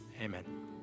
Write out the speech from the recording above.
Amen